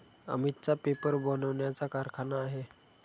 अमितचा पेपर बनवण्याचा कारखाना आहे